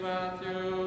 Matthew